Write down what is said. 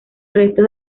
restos